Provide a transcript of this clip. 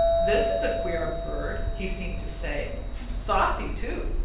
this is a queer bird, he seemed to say saucy, too.